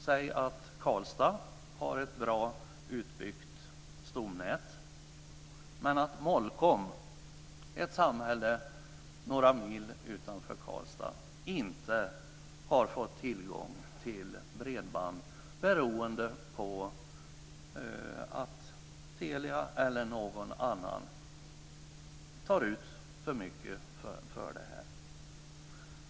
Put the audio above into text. Säg att Karlstad har ett bra utbyggt stomnät men att Molkom, ett samhälle några mil utanför Karlstad, inte har fått tillgång till bredband beroende på att Telia eller någon annan tar ut för mycket för det här.